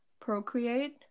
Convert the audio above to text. procreate